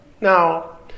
Now